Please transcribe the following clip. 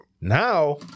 Now